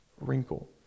wrinkle